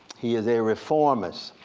he is a reformist,